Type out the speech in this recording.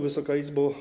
Wysoka Izbo!